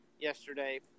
yesterday